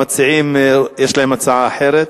המציעים, יש להם הצעה אחרת?